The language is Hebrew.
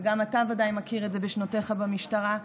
וגם אתה ודאי מכיר את זה משנותיך במשטרה,